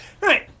Right